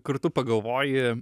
kur tu pagalvoji